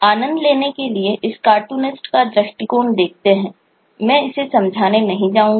आनंद लेने के लिए इस कार्टूनिस्ट का दृष्टिकोण देखते हैंमैं इसे समझाने नहीं जाऊंगा